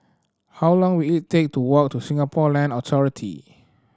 how long will it take to walk to Singapore Land Authority